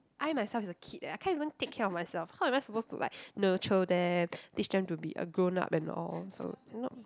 I myself is a kid leh I can't even take care of myself how am I supposed to like nurture them teach them to be a grown up and all so you know